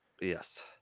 Yes